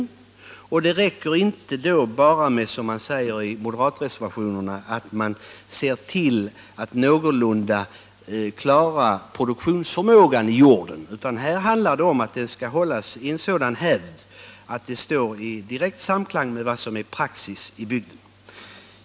För att uppnå detta räcker det inte med att som man gör i den moderata reservationen kräva att man skall ta till vara jordens produktionsförmåga på ett någorlunda tillfredsställande sätt, utan här handlar det om att jorden skall hållas i en sådan hävd att det står i direkt samklang med vad som är praxis i bygden. Herr talman!